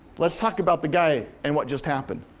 let's talk about the guy and what just happened.